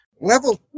level